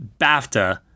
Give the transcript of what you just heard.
BAFTA